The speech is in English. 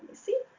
see.